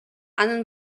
анын